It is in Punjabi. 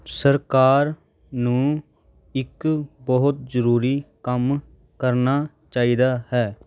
ਸਰਕਾਰ ਨੂੰ ਇੱਕ ਬਹੁਤ ਜ਼ਰੂਰੀ ਕੰਮ ਕਰਨਾ ਚਾਹੀਦਾ ਹੈ